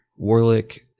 Warlick